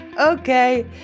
Okay